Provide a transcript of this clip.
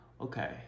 Okay